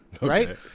Right